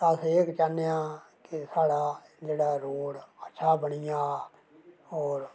अस एह् चाह्न्ने आं साढ़ा जेह्ड़ा रोड़ शैल बनी जा और